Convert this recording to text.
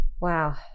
Wow